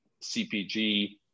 CPG